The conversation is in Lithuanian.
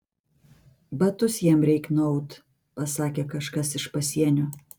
batus jam reik nuaut pasakė kažkas iš pasienio